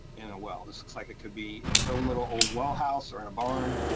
in a well. this looks like it could be in it's own little old well house or in a barn.